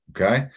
okay